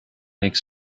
make